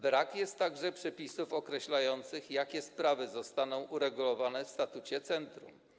Brakuje także przepisów określających, jakie sprawy zostaną uregulowanie w statucie centrum.